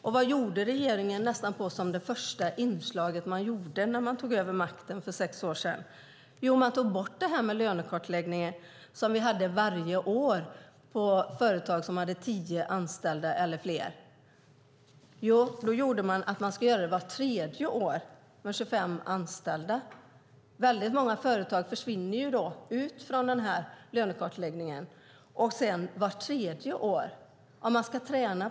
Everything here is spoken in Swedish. Men vad var nästan det första regeringen gjorde när man tog över makten för sex år sedan? Jo, man tog bort lönekartläggningen som vi hade varje år på företag med tio anställda eller fler. I stället skulle det göras vart tredje år på företag med 25 anställda eller fler. Många företag försvann då från lönekartläggningen. Vart tredje år är inte heller bra.